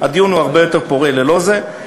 הדיון הוא הרבה יותר פורה ללא זה,